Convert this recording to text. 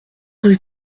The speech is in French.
rue